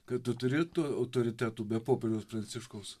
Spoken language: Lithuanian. kad tu turi tų autoritetų be popiežiaus pranciškaus